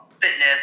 fitness